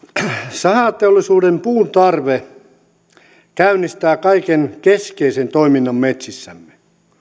sahateollisuuden puuntarve käynnistää kaiken keskeisen toiminnan metsissämme